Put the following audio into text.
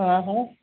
हा हा